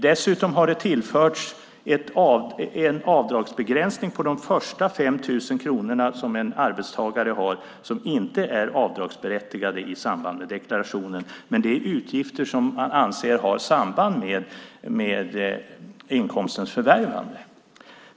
Dessutom har det tillförts en avdragsbegränsning för de första 5 000 kronor som en arbetstagare har som inte är avdragsberättigade i samband med deklarationen. Men det är utgifter som anses ha samband med inkomstens förvärvande.